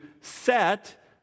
set